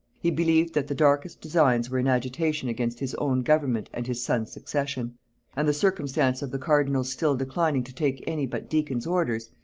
he believed that the darkest designs were in agitation against his own government and his son's succession and the circumstance of the cardinal's still declining to take any but deacon's orders,